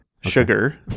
sugar